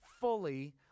fully